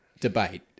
debate